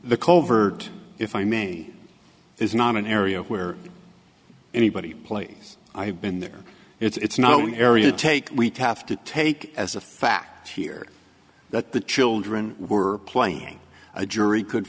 the culvert if i may is not an area where anybody plays i've been there it's not an area to take we have to take as a fact here that the children were playing a jury could